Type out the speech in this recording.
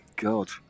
God